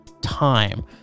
time